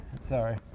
Sorry